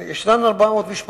יש 400 משפחות